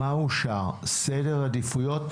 כולל כל מה שאושר וסדר העדיפויות.